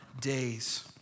days